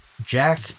Jack